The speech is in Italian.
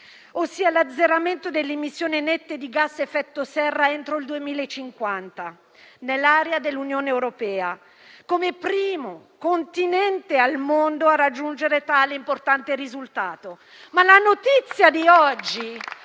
ossia l'azzeramento delle emissioni nette di gas effetto serra entro il 2050 nell'area dell'Unione europea come primo continente al mondo a raggiungere tale importante risultato.